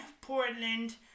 Portland